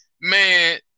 Man